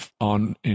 on